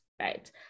right